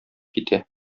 китә